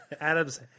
Adam's